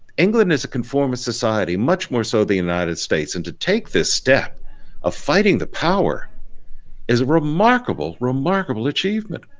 england is a conformist society much more so than the united states and to take this step of fighting the power is a remarkable, remarkable achievement.